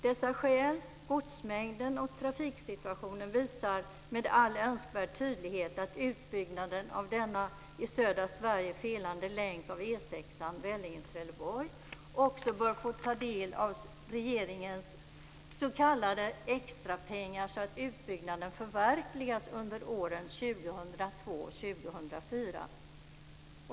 Dessa skäl, godsmängden och trafiksituationen, visar med all önskvärd tydlighet att utbyggnaden av denna i södra Sverige felande länk av E 6:an mellan Vellinge och Trelleborg också bör få ta del av regeringens s.k. extrapengar så att utbyggnaden förverkligas under åren 2002-2004.